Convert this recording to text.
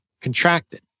contracted